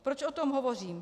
Proč o tom hovořím?